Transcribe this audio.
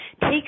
Take